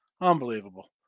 Unbelievable